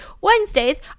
wednesdays